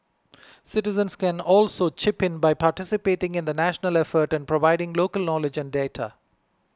citizens can also chip in by participating in the national effort and providing local knowledge and data